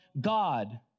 God